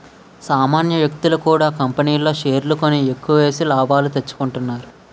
సామాన్య వ్యక్తులు కూడా కంపెనీల్లో షేర్లు కొని ఎక్కువేసి లాభాలు తెచ్చుకుంటున్నారు